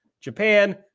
Japan